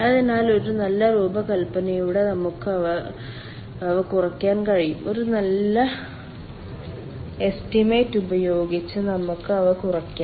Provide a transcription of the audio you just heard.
അതിനാൽ ഒരു നല്ല രൂപകൽപനയിലൂടെ നമുക്ക് അവ കുറയ്ക്കാൻ കഴിയും ഒരു നല്ല എസ്റ്റിമേറ്റ് ഉപയോഗിച്ച് നമുക്ക് അവ കുറയ്ക്കാം